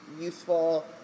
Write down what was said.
useful